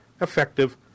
effective